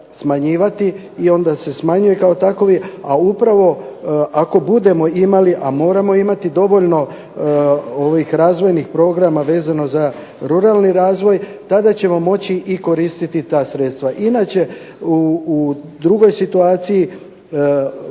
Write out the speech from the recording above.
smanjivati i onda se smanjuje kao takovi, a upravo ako budemo imali, a moramo imati dovoljno ovih razvojnih programa vezano za ruralni razvoj, tada ćemo moći i koristiti ta sredstva. Inače u drugoj situaciji